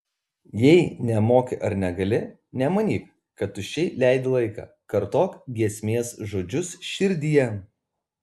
jei nemoki ar negali nemanyk kad tuščiai leidi laiką kartok giesmės žodžius širdyje